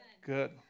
Good